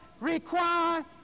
require